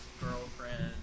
girlfriend